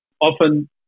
Often